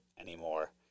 anymore